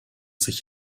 sich